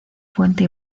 fuente